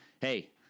hey